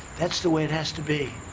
that's the way it has to be.